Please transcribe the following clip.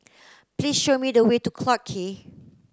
please show me the way to Clarke Quay